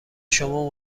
شما